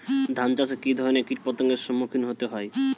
ধান চাষে কী ধরনের কীট পতঙ্গের সম্মুখীন হতে হয়?